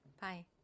Bye